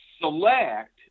select